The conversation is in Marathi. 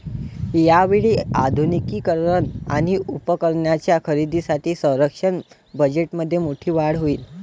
यावेळी आधुनिकीकरण आणि उपकरणांच्या खरेदीसाठी संरक्षण बजेटमध्ये मोठी वाढ होईल